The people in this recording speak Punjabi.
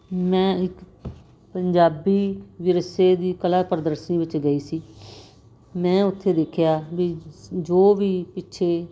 ਮੈਂ ਇੱਕ ਪੰਜਾਬੀ ਵਿਰਸੇ ਦੀ ਕਲਾ ਪ੍ਰਦਰਸ਼ਨੀ ਵਿੱਚ ਗਈ ਸੀ ਮੈਂ ਉੱਥੇ ਦੇਖਿਆ ਵੀ ਜੋ ਵੀ ਪਿੱਛੇ